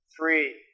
three